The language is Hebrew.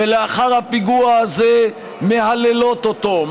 ולאחר הפיגוע הזה מהללות אותו,